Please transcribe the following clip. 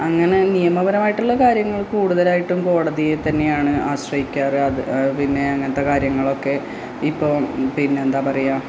അങ്ങനെ നിയമപരമായിട്ടുള്ള കാര്യങ്ങൾക്ക് കൂടുതലായിട്ടും കോടതിയെ തന്നെയാണ് ആശ്രയിക്കാറ് അത് പിന്നെ അങ്ങനത്തെ കാര്യങ്ങളൊക്കെ ഇപ്പോഴും പിന്നെ എന്താണു പറയുക